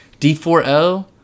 D4L